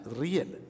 real